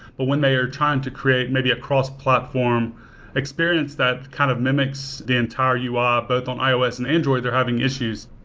but when they are trying to create maybe a cross-platform experience that kind of mimics the entire ui um both on ios and android, they're having issues.